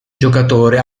giocatore